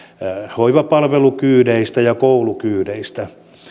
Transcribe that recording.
hoivapalvelukyydeistä ja koulukyydeistä